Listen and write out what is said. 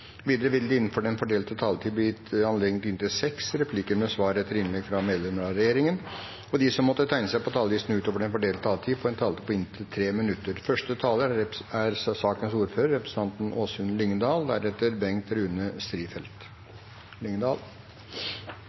Videre vil det – innenfor den fordelte taletiden – bli gitt anledning til inntil fem replikker med svar etter innlegg fra medlemmer av regjeringen, og de som måtte tegne seg på talerlisten utover den fordelte taletid, får en taletid på inntil 3 minutter.